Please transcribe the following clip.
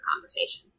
conversation